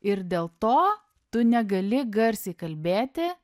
ir dėl to tu negali garsiai kalbėti